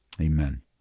amen